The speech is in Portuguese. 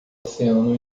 oceano